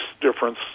difference